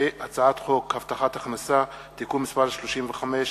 והצעת חוק הבטחת הכנסה (תיקון מס' 35),